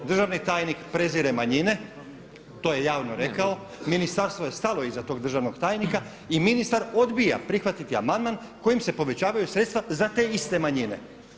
Državni tajnik prezire manjine, to je javno rekao, ministarstvo je stalo iza tog državnog tajnika i ministar odbija prihvatiti amandman kojim se povećavaju sredstva za te iste manjine.